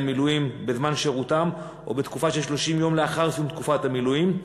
מילואים בזמן שירותם או בתקופה של 30 יום לאחר סיום תקופת המילואים.